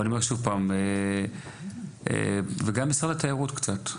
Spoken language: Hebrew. אבל אני אומר שוב פעם, גם משרד התיירות קצת,